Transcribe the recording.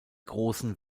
großen